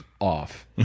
off